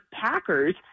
Packers